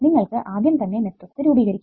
നിങ്ങൾക്ക് ആദ്യം തന്നെ മെട്രിക്സ് രൂപീകരിക്കാം